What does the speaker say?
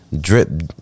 drip